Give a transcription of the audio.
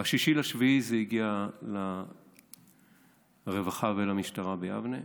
ב-6 ביולי זה הגיע לרווחה ולמשטרה ביבנה.